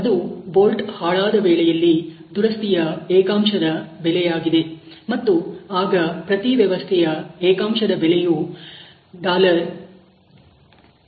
ಅದು ಬೋಲ್ಟ್ ಹಾಳಾದ ವೇಳೆಯಲ್ಲಿ ದುರಸ್ತಿಯ ಏಕಾಂಶದ ಬೆಲೆಯಾಗಿದೆ ಮತ್ತು ಆಗ ಪ್ರತಿ ವ್ಯವಸ್ಥೆಯ ಏಕಾಂಶದ ಬೆಲೆಯು 15 ಆಗುತ್ತದೆ